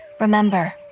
Remember